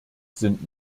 sind